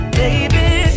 baby